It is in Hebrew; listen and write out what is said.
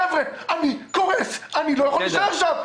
חבר'ה, אני קורס, אני לא יכול להישאר שם.